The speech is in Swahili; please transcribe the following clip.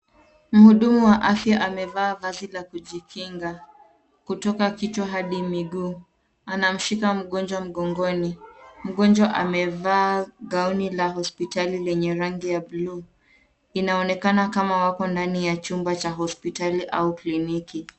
Mhudumu wa afya amevaa vazi la kujikinga, kutoka kichwa hadi miguu. Anamshika mgonjwa mgongoni. Mgonjwa amevaa gauni la hospitali lenye rangi ya buluu. Inaonekana kama wako ndani ya chumba cha hospitali au kliniki.